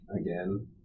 again